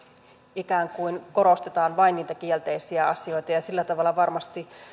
ikään kuin korostetaan vain niitä kielteisiä asioita ja sillä tavalla varmasti